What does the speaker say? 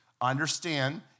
understand